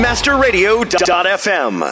MasterRadio.fm